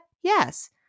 Yes